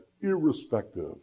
irrespective